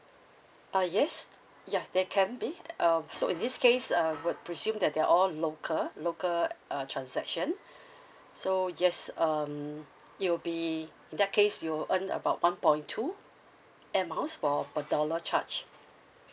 uh yes ya there can be uh so in this case uh I would presume that they are all local local uh transaction so yes um it'll be in that case you'll earn about one point two air miles per per dollar charge